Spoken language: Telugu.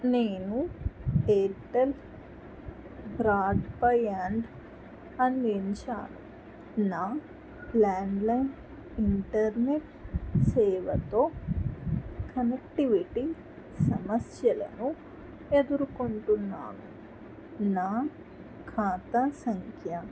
నేను ఎయిర్టెల్ బ్రాడ్బ్యాండ్ అందించాను నా ల్యాండ్లైన్ ఇంటర్నెట్ సేవతో కనెక్టివిటీ సమస్యలను ఎదురుకొంటున్నాను నా ఖాతా సంఖ్య